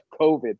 covid